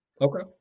Okay